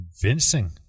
convincing